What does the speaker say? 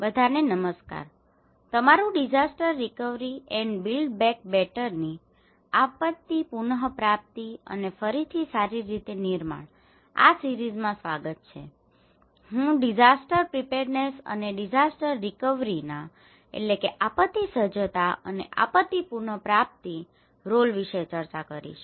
બધાને નમસ્કાર તમારું disaster recovery and build back બેટરની disaster recovery and build back better આપત્તી પુનપ્રાપ્તિ અને ફરીથી સારી રીતે નિર્માણ આ સિરીજમાં સ્વાગત છે આજે હું ડીસાસ્ટર પ્રિપેરડ્નેસ અને ડીસાસ્ટર રિકવરીના disaster preparedness and disaster recovery આપત્તિ સજ્જતા અને આપત્તિ પુનપ્રાપ્તિ રોલ વિશે ચર્ચા કરીશ